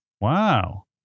Wow